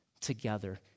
together